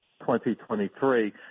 2023